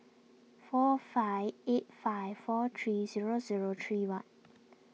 four five eight five four three zero zero three one